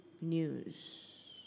news